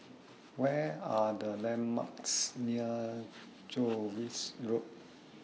What Are The landmarks near Jervois Road